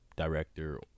Director